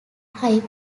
hype